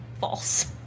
False